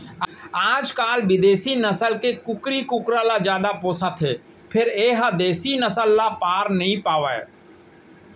आजकाल बिदेसी नसल के कुकरी कुकरा ल जादा पोसत हें फेर ए ह देसी नसल ल पार नइ पावय